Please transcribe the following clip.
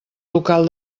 local